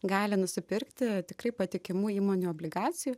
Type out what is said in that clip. gali nusipirkti tikrai patikimų įmonių obligacijų